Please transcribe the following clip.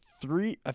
three